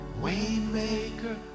Waymaker